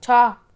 छ